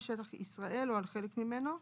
המרשמים,